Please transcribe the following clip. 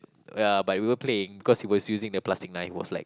ya but we were playing because he was using a plastic knife he was like